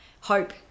hope